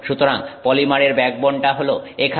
সুতরাং পলিমারের ব্যাকবোনটা হলো এখানে